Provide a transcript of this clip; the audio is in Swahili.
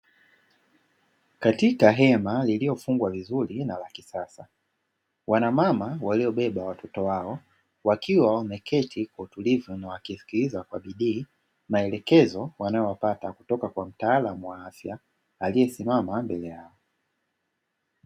Katika hema lililofungwa vizuri la kisasa, wanamama waliobeba watoto wao, wakiwa wameketi kwa utulivu na wakisikiliza kwa bidii, maelekezo wanayoyapata kutoka kwa mtaalamu wa afya aliyesimama mbele yao.